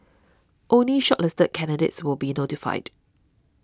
only shortlisted candidates will be notified